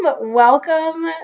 Welcome